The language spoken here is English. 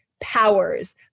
powers